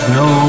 no